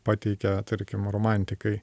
pateikia tarkim romantikai